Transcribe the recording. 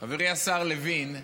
חברי השר לוין,